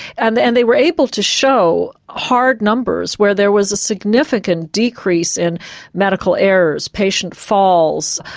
and and they were able to show hard numbers where there was a significant decrease in medical errors, patient falls,